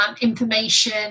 information